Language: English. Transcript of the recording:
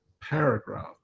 paragraph